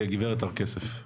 גברת הר כסף,